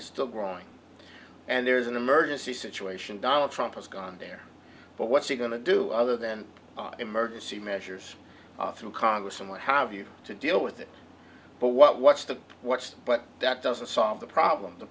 it's still growing and there's an emergency situation donald trump has gone there but what's he going to do other than emergency measures through congress and what have you to deal with it but what what's the what but that doesn't solve the problem the